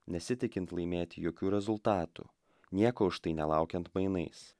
nesitikint laimėti jokių rezultatų nieko už tai nelaukiant mainais